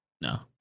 No